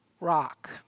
rock